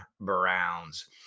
Browns